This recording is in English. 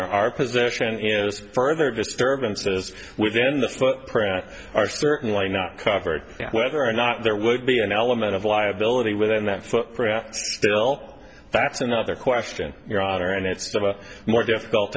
our position is further disturbances within the footprint are certainly not covered whether or not there would be an element of liability within that still that's another question your daughter and it's a more difficult